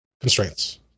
constraints